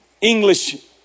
English